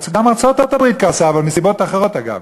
גם ארצות-הברית קרסה, אבל מסיבות אחרות, אגב.